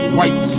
white